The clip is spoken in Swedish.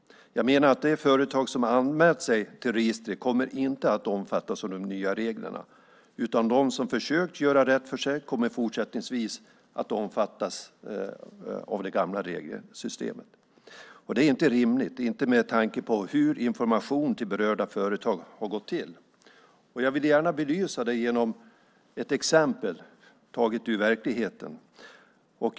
Jag menar att de företag som har anmält sig till registret inte kommer att omfattas av de nya reglerna, utan de som har försökt göra rätt för sig kommer fortsättningsvis att omfattas av det gamla regelsystemet. Det är inte rimligt med tanke på hur informationen till berörda företag har gått till. Jag vill gärna belysa detta med ett exempel taget ur verkligheten.